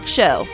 Show